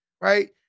right